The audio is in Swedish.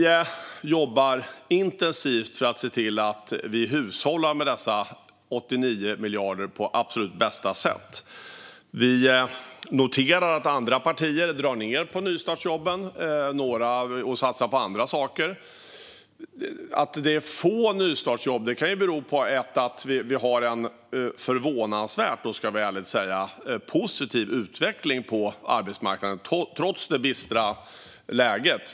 Vi jobbar intensivt för att se till att vi hushållar med dessa 89 miljarder på absolut bästa sätt. Vi noterar att andra partier drar ned på nystartsjobben och satsar på andra saker. Att det är få nystartsjobb kan bero på att vi har en förvånansvärt, ska vi ärligt säga, positiv utveckling på arbetsmarknaden trots det bistra läget.